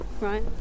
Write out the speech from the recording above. Right